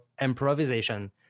improvisation